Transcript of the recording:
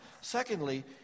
Secondly